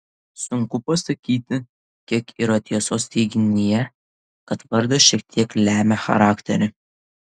sunku pasakyti kiek yra tiesos teiginyje kad vardas šiek tiek lemia charakterį